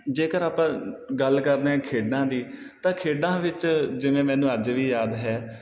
ਜੇਕਰ ਆਪਾਂ ਗੱਲ ਕਰਦੇ ਹਾਂ ਖੇਡਾਂ ਦੀ ਤਾਂ ਖੇਡਾਂ ਵਿੱਚ ਜਿਵੇਂ ਮੈਨੂੰ ਅੱਜ ਵੀ ਯਾਦ ਹੈ